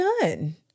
done